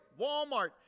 Walmart